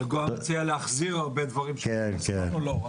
אבל הוא גם מציע להחזיר הרבה דברים שאנחנו הסכמנו להוריד.